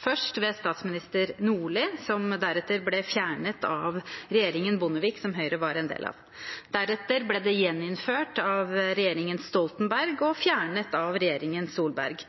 først ved statsminister Nordli, som deretter ble fjernet av regjeringen Bondevik, som Høyre var en del av. Deretter ble det gjeninnført av regjeringen Stoltenberg og fjernet av regjeringen Solberg.